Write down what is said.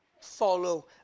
follow